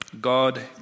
God